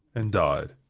and died.